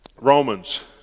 Romans